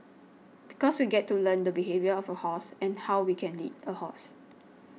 because we get to learn the behaviour of a horse and how we can lead a horse